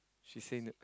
she say no